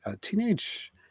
teenage